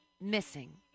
missing